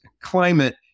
climate